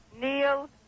Neil